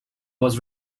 was